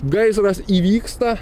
gaisras įvyksta